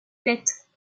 têtes